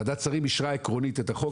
ועדת שרים אישרה עקרונית את החוק,